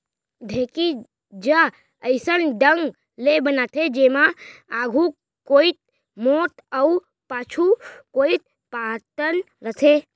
ढेंकी ज अइसन ढंग ले बनाथे जेमा आघू कोइत मोठ अउ पाछू कोइत पातन रथे